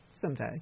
someday